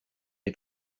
est